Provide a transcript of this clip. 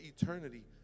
eternity